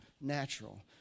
natural